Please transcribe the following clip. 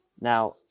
Now